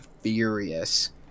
furious